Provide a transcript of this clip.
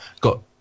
got